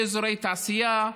לאזורי תעשייה,